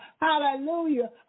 Hallelujah